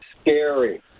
scary